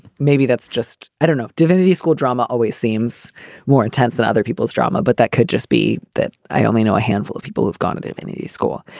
maybe that's just i don't know, divinity school drama always seems more intense than other people's drama. but that could just be that i only know a handful of people who've gone to divinity school.